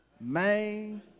main